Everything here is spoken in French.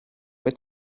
est